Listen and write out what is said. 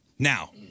Now